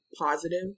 positive